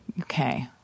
Okay